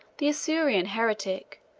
the isaurian heretic,